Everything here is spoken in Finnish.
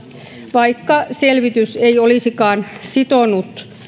vaikka selvitys ei olisikaan sitonut